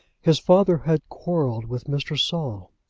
his father had quarrelled with mr. saul.